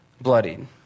Bloodied